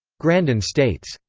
grandin states,